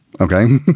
Okay